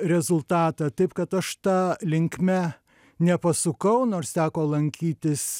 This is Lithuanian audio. rezultatą taip kad aš ta linkme nepasukau nors teko lankytis